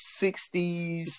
60s